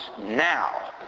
now